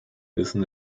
wissen